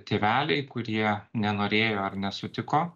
tėveliai kurie nenorėjo ar nesutiko